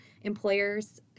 employers